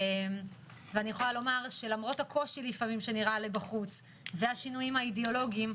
אני יכולה לומר שלמרות הקושי שנראה מבחוץ והשינויים האידיאולוגיים,